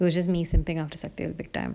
was just me something after shakthi vel big time